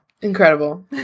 Incredible